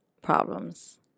problems